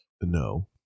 No